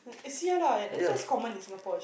it's here lah this is common in Singapore